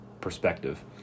perspective